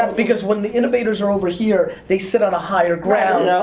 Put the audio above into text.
um because when the innovators are over here, they sit on a higher ground,